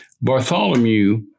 Bartholomew